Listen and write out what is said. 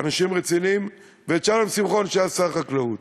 אנשים רציניים, ואת שלום שמחון, שהיה שר החקלאות.